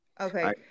Okay